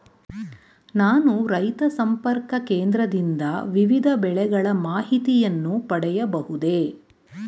ನಾನು ರೈತ ಸಂಪರ್ಕ ಕೇಂದ್ರದಿಂದ ವಿವಿಧ ಬೆಳೆಗಳ ಮಾಹಿತಿಯನ್ನು ಪಡೆಯಬಹುದೇ?